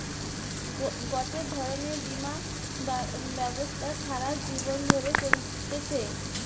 গটে ধরণের বীমা ব্যবস্থা সারা জীবন ধরে চলতিছে